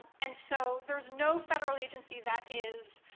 and so there's no federal agency that is